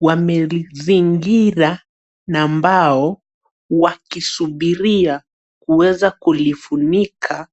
wamelizingira na mbao wakisubiria kuweza kulifunika.